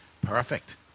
perfect